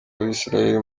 abisiraheli